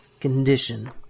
condition